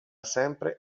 sempre